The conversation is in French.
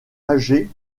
âgé